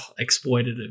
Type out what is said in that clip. exploitative